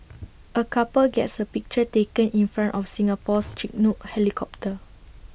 A couple gets A picture taken in front of Singapore's Chinook helicopter